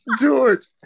George